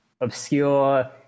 obscure